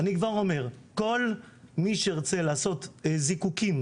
אני כבר אומר, כל מי שירצה לעשות זיקוקים